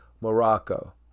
Morocco